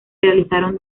realizaron